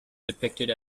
depicted